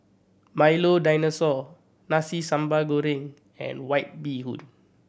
Milo Dinosaur Nasi Sambal Goreng and White Bee Hoon